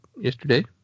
yesterday